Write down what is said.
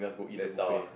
then zao ah